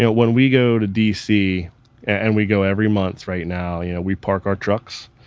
yeah when we go to dc and we go every month right now, yeah we park our trucks,